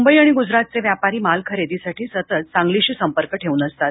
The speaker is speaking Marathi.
मुंबई आणि गुजरातचे व्यापार झाल खरेद झाठ झतत सांगलशि संपर्क ठेवून असतात